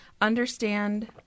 understand